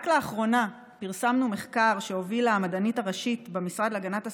רק לאחרונה פרסמנו מחקר שהובילה המדענית הראשית במשרד להגנת הסביבה,